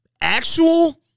Actual